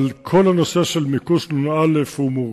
אבל כל הנושא של מיקוש הוא מורכב,